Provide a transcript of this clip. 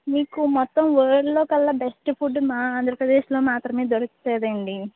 మీకు మొత్తం వరల్డ్లో కల్లా బెస్ట్ ఫుడ్ మా ఆంధ్రప్రదేశ్లో మాత్రమే దొరుకుతుంది అండి